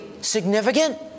significant